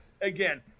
again